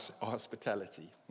hospitality